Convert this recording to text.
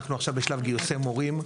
אנחנו עכשיו בשלב גרסי מורים,